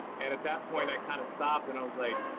and at that point i kind of stopped and i was like,